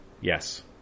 Yes